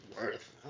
worth